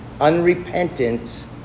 unrepentant